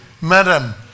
Madam